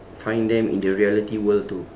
find them in the reality world too